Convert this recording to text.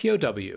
POW